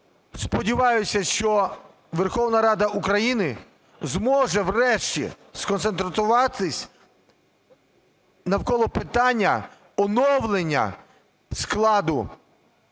Сподіваюся, що Верховна Рада України зможе врешті сконцентруватись навколо питання оновлення складу